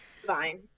Fine